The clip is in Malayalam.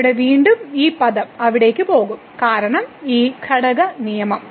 ഇവിടെ വീണ്ടും ഈ പദം അവിടേക്ക് പോകും കാരണം ഈ ഘടക നിയമം